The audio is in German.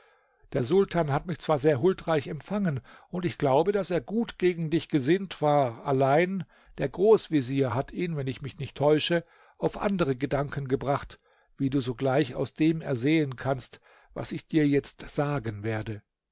der sultan hat mich zwar sehr huldreich empfangen und ich glaube daß er gut gegen dich gesinnt war allein der großvezier hat ihn wenn ich mich nicht täusche auf andere gedanken gebracht wie du sogleich aus dem ersehen kannst was ich dir jetzt sagen werde